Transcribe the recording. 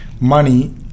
money